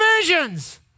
divisions